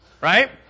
right